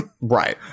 Right